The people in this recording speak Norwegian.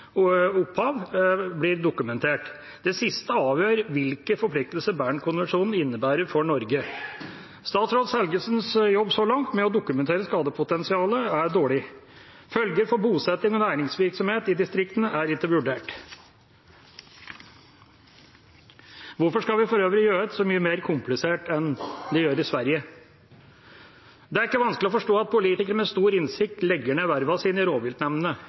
ulvens opphav i Sør-Skandinavia blir dokumentert. Det siste avgjør hvilke forpliktelser Bern-konvensjonen innebærer for Norge. Statsråd Helgesens jobb så langt med å dokumentere skadepotensialet er dårlig. Følger for bosetting og næringsvirksomhet i distriktene er ikke vurdert. Hvorfor skal vi for øvrig gjøre det så mye mer komplisert enn de gjør det i Sverige? Det er ikke vanskelig å forstå at politikere med stor innsikt legger ned vervene sine i rovviltnemndene.